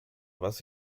was